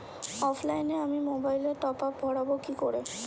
অফলাইনে আমি মোবাইলে টপআপ ভরাবো কি করে?